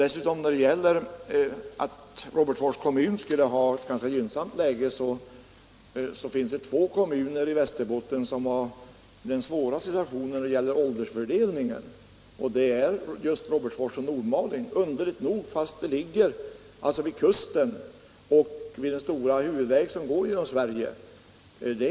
Industriministern säger också att Robertsfors kommun befinner sig i ett ganska gynnsamt läge, men till de två kommuner som har den allra svåraste situationen när det gäller åldersfördelningen hör Robertsfors och Nordmaling — underligt nog, eftersom de ligger vid kusten och vid den stora huvudväg som går genom Sverige.